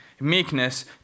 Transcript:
meekness